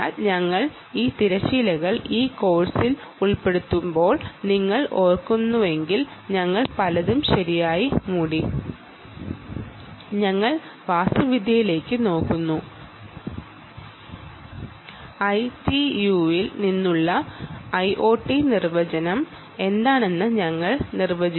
ഞങ്ങൾ ആർകിടെക്ട്ച്ചർ കണ്ടിരുന്നു ITU ൽ നിന്നുള്ള ഐഒടി നിർവചനം എന്താണെന്ന് ഞങ്ങൾ കണ്ടിരുന്നു